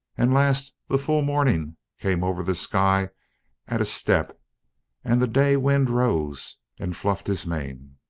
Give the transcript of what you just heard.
and last the full morning came over the sky at a step and the day wind rose and fluffed his mane.